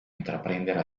intraprendere